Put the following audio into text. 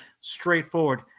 straightforward